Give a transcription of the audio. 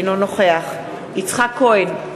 אינו נוכח יצחק כהן,